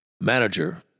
Manager